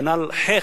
כנ"ל, חך.